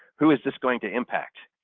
whom is this going to impact?